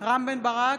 רם בן ברק,